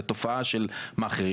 לתופעה של מאכערים,